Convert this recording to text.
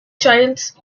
childs